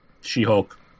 She-Hulk